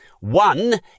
One